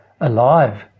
alive